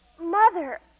Mother